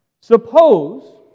Suppose